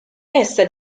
essa